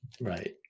Right